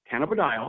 cannabidiol